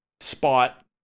spot